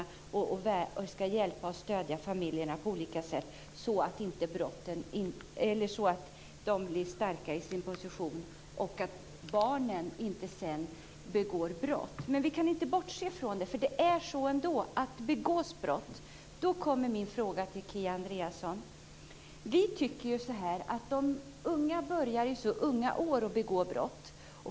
Vi vill stödja och hjälpa familjerna på olika sätt så att de blir starka i sin position, vilket kan bidra till att barnen inte begår brott. Men vi kan inte bortse ifrån att det begås brott. Man börjar ofta att begå brott i väldigt unga år.